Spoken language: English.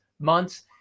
months